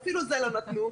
אפילו זה לא נתנו.